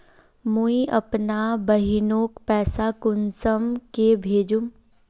मुई अपना बहिनोक पैसा कुंसम के भेजुम?